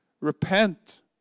Repent